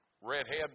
redhead